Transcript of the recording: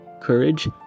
courage